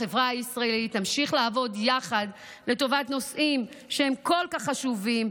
החברה הישראלית תמשיך לעבוד יחד לטובת נושאים שהם כל כך חשובים,